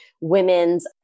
women's